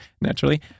naturally